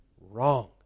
Wrong